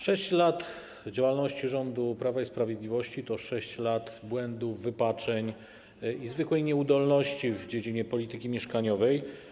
6 lat działalności rządu Prawa i Sprawiedliwości to 6 lat błędów, wypaczeń i zwykłej nieudolności w dziedzinie polityki mieszkaniowej.